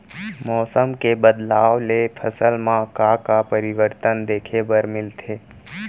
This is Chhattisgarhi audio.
मौसम के बदलाव ले फसल मा का का परिवर्तन देखे बर मिलथे?